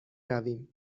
رویم